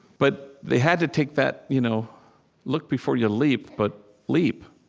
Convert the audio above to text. but they had to take that you know look before you leap, but leap.